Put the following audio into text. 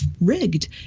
rigged